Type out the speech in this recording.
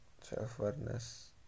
self-awareness